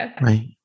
Right